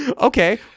Okay